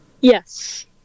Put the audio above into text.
Yes